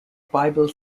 bible